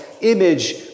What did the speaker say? image